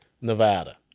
Nevada